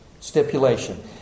stipulation